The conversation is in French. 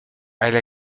elle